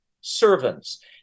servants